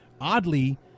Oddly